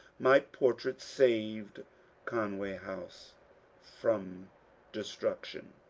my portrait saved conway house from destruction,